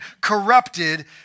corrupted